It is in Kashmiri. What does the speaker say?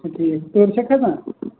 بِلکُل ٹھیٖک چھا کھسان